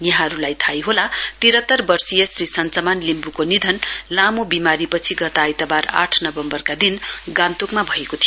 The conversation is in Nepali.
यहाँहरूलाई थाहै होला तिरातर वर्षीय सञ्चमान लिम्बुको निधन लामो बिमारीपछि गत आइतबार आठ नवम्बरका दिन भएको थियो